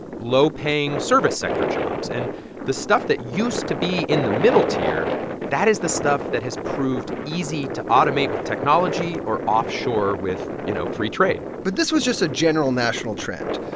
low-paying service-sector jobs. and the stuff that used to be in the middle tier that is the stuff that has proved easy to automate with technology or offshore with, you know, free trade but this was just a general national trend.